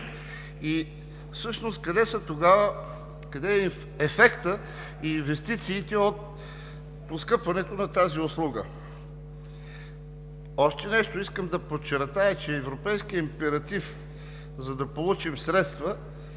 километра. Къде е ефектът и инвестициите от поскъпването на тази услуга? Още нещо искам да подчертая, че европейският императив, за да получим средства,